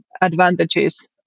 advantages